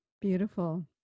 Beautiful